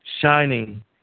shining